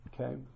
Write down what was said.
okay